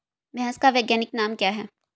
भैंस का वैज्ञानिक नाम क्या है?